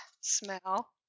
smell